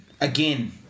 again